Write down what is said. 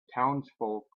townsfolk